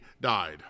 died